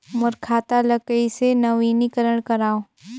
मोर खाता ल कइसे नवीनीकरण कराओ?